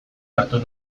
hartu